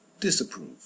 disapprove